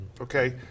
okay